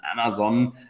Amazon